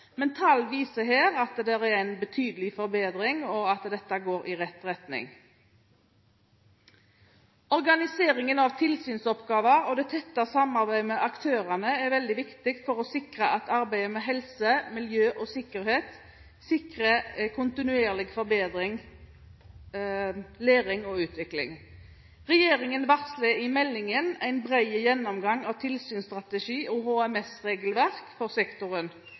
Tall viser her en betydelig forbedring, og at dette går i rett retning. Organisering av tilsynsoppgaver og det tette samarbeidet med aktørene er veldig viktig for å sikre at arbeidet med helse, miljø og sikkerhet gir kontinuerlig forbedring, læring og utvikling. Regjeringen varsler i meldingen en bred gjennomgang av tilsynsstrategi og HMS-regelverk for sektoren.